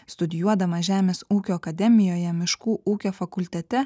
studijuodama žemės ūkio akademijoje miškų ūkio fakultete